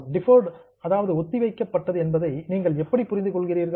deferred ஒத்திவைக்கப்பட்டது என்பதை நீங்கள் எப்படி புரிந்து கொள்கிறீர்கள்